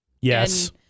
Yes